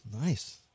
Nice